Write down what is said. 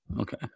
Okay